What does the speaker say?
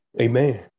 Amen